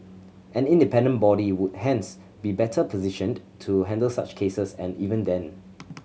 an independent body would hence be better positioned to handle such cases and even then